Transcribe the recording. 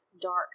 dark